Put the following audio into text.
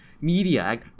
media